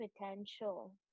potential